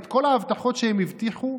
את כל ההבטחות שהם הבטיחו,